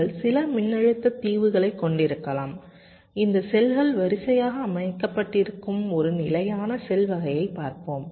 நீங்கள் சில மின்னழுத்த தீவுகளைக் கொண்டிருக்கலாம் இந்த செல்கள் வரிசையாக அமைக்கப்பட்டிருக்கும் ஒரு நிலையான செல் வகையை பார்ப்போம்